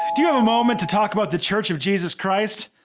do you have a moment to talk about the church of jesus christ,